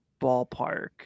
ballpark